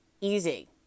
easy